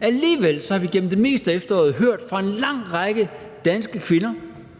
Alligevel har vi gennem det meste af efteråret hørt fra en lang række danske kvinder